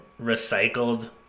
recycled